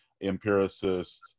empiricist